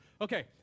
Okay